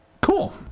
Cool